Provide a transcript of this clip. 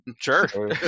Sure